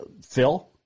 Phil